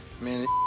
man